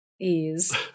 ease